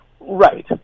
Right